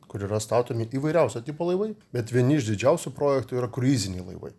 kur yra statomi įvairiausio tipo laivai bet vieni iš didžiausių projektų yra kruiziniai laivai